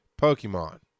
Pokemon